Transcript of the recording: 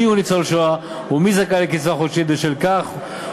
מיהו ניצול שואה ומי זכאי לקצבה חודשית בשל כך,